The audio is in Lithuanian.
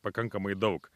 pakankamai daug